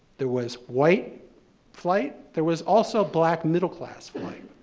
there was white flight, there was also black middle-class flight,